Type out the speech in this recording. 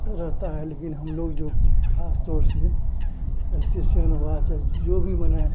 रहता है लेकिन हम लोग जो खास तौर पर ऐसे चयन वहाँ से जो भी बनाया